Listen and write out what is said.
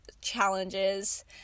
challenges